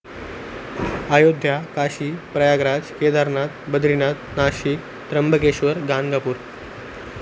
Ayodhya Kashi Prayagraj Kedarnath Badrinath Nashik Trimbakeshwar Ganagapur